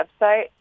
website